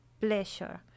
pleasure